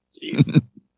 Jesus